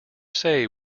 say